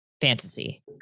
fantasy